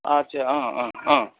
अच्छा अँ अँ अँ